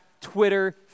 Twitter